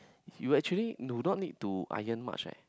you actually do not need to iron much eh